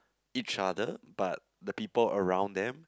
each other but the people around them